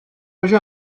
hoje